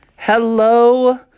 Hello